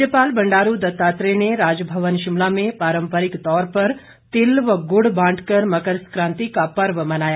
राज्यपाल बंडारू दत्तात्रेय ने राजभवन शिमला में पारंपरिक तौर पर तिल व गुड़ बांटकर मकर सकांति का पर्व मनाया